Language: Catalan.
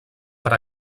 per